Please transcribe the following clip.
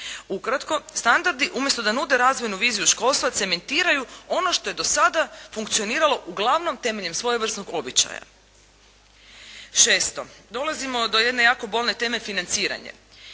Ukratko, standardi umjesto da nude razvojnu viziju školstva, cementiraju ono što je do sada funkcioniralo uglavnom temeljem svojevrsnog običaja. Šesto, dolazimo do jedne jako bolne teme financiranje.